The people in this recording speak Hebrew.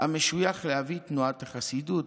המשויך לאבי תנועת החסידות,